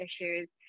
issues